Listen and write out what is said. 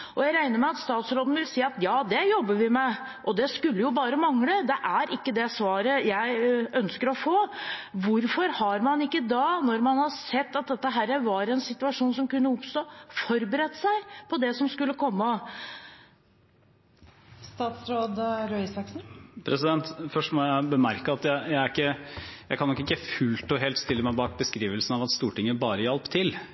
Jeg regner med at statsråden vil si at ja, det jobber vi med. Det skulle bare mangle, men det er ikke det svaret jeg ønsker å få. Hvorfor har man ikke, når man har sett at dette var en situasjon som kunne oppstå, forberedt seg på det som skulle komme? Først må jeg bemerke at jeg nok ikke fullt og helt kan stille meg bak beskrivelsen av at Stortinget bare hjalp til.